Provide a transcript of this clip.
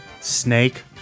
Snake